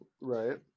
Right